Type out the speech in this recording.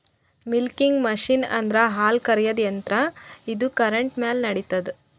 milking machine ಅಂದ್ರ ಹಾಲ್ ಕರ್ಯಾದ್ ಯಂತ್ರ ಇದು ಕರೆಂಟ್ ಮ್ಯಾಲ್ ನಡಿತದ್